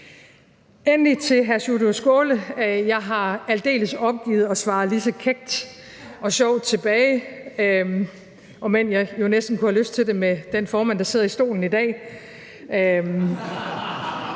Endelig til hr. Sjúrður Skaale: Jeg har aldeles opgivet at svare lige så kækt og sjovt tilbage, om end jeg jo næsten kunne have lyst til det med den formand, der sidder i stolen i dag,